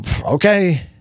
okay